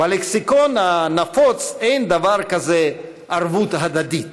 בלקסיקון הנפוץ אין דבר כזה ערבות הדדית